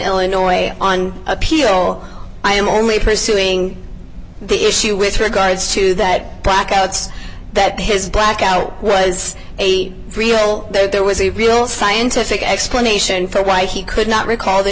illinois on appeal i am only pursuing the issue with regards to that blackouts that his blackout was a real though there was a real scientific explanation for why he could not recall the